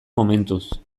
momentuz